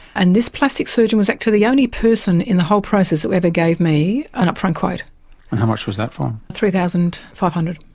and this plastic surgeon was actually the only person in the whole process who ever gave me an upfront quote. and how much was that for? three thousand five hundred